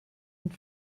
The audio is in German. und